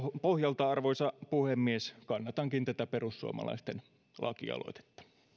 pohjalta arvoisa puhemies kannatankin tätä perussuomalaisten lakialoitetta